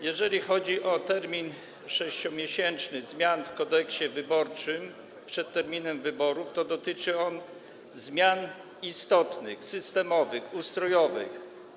Jeżeli chodzi o 6-miesięczny termin zmian w Kodeksie wyborczym przed terminem wyborów, to dotyczy on zmian istotnych, systemowych, ustrojowych.